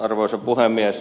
arvoisa puhemies